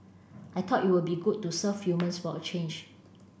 I thought it would be good to serve humans for a change